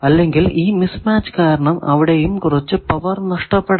അല്ലെങ്കിൽ ഈ miss match കാരണം അവിടെയും കുറച്ചു പവർ നഷ്ടപ്പെടാം